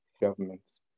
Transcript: governments